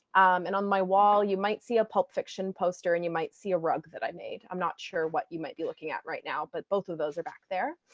and on my wall, you might see a pulp fiction poster and you might see a rug that i made. i'm not sure what you might be looking at right now, but both of those are back there.